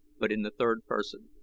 but in the third person.